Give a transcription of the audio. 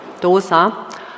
dosa